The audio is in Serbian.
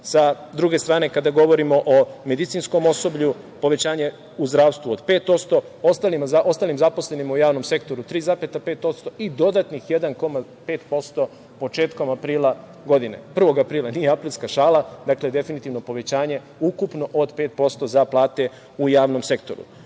Sa druge strane, kada govorimo o medicinskom osoblju, povećanje u zdravstvu od 5%, a ostalim zaposlenima u javnom sektoru 3,5% i dodatnih 1,5% početkom aprila, prvog aprila. Nije aprilska šala. Dakle, definitivno povećanje, ukupno 5% za plate u javnom